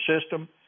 system